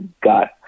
got